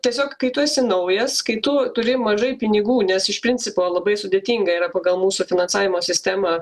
tiesiog kai tu esi naujas kai tu turi mažai pinigų nes iš principo labai sudėtinga yra pagal mūsų finansavimo sistemą